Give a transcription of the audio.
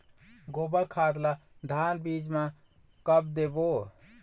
गोबर खाद ला धान बीज म कब देबो?